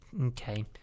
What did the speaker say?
okay